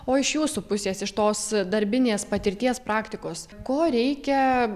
o iš jūsų pusės iš tos darbinės patirties praktikos ko reikia